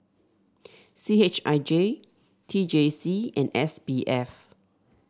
C H I J T J C and S B F